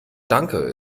danke